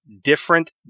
different